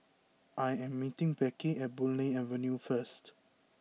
I am meeting Becky at Boon Lay Avenue first